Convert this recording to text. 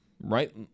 right